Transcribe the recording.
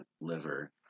liver